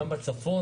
גם בצפון,